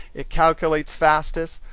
it calculates fastest.